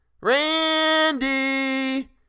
Randy